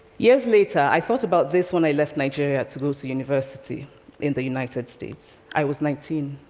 years later, i thought about this when i left nigeria to go to university in the united states. i was nineteen.